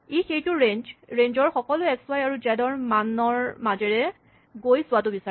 ই সেইটো ৰেঞ্জ ৰ সকলো এক্স ৱাই আৰু জেড মানৰ মাজেৰে গৈ চোৱাটো বিচাৰে